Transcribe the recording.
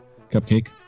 Cupcake